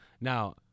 Now